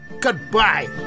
goodbye